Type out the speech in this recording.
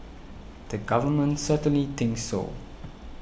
the government certainly thinks so